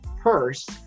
purse